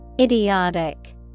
idiotic